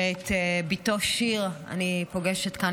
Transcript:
שאת בתו שיר אני פוגשת כאן.